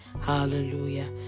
hallelujah